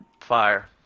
Fire